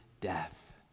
death